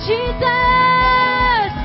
Jesus